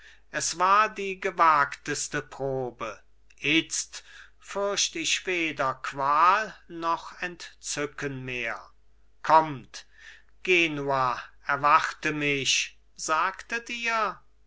es war die gewagteste probe itzt fürcht ich weder qual noch entzücken mehr kommt genua erwarte mich sagtet ihr